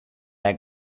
egg